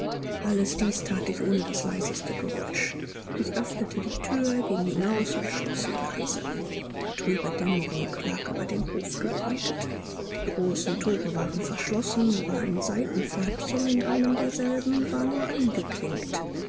alles dies that ich ohne das leiseste geräusch ich öffnete die thür ging hinaus und schloß sie leise trübe dämmerung lag über den hof gebreitet die großen thore waren verschlossen aber ein seitenpförtchen in einem derselben war nur eingeklinkt